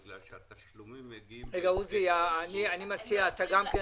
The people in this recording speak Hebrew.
בגלל שהתשלומים הם בשוטף פלוס 90. אתן